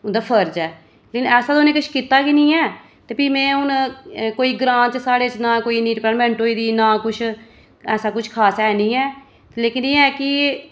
उं'दा फर्ज ऐ लेकिन ऐसा ते उ'नें किश कीता गै निं ऐ ते भी में हून कोई ग्रां च साढ़े ना कोई इन्नी डिवैल्पमैंट होई दी ना किश ऐसा किश खास ऐ निं ऐ लेकिन एह् ऐ कि